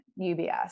UBS